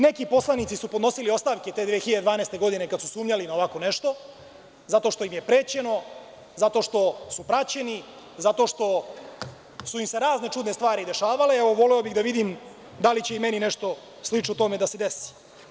Neki poslanici su podnosili ostavke te 2012. godine, kada su sumnjali na ovako nešto zato što im je prećeno, zato što su praćeni, zato što su im se razne čudne stvari dešavale, a voleo bih da vidim da li će i meni nešto slično tome da se desi.